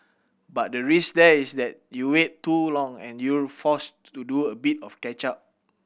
but the risk there is that you wait too long and you're forced to do a bit of catch up